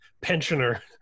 Pensioner